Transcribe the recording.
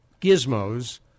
gizmos